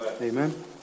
Amen